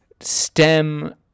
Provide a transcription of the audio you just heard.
stem